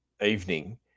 evening